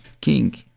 king